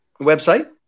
website